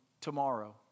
tomorrow